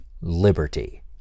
liberty